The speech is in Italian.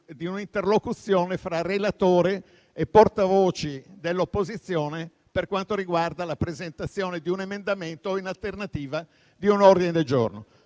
di un'interlocuzione fra relatore e portavoci dell'opposizione per la presentazione di un emendamento o, in alternativa, di un ordine del giorno.